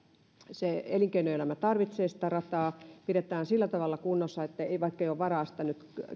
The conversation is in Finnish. elinkeinoelämä tarvitsee sitä rataa pidetään se sillä tavalla kunnossa vaikkei ole varaa sitä nyt